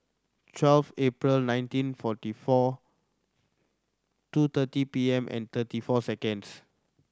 twelve April nineteen forty four two thirty P M and thirty four seconds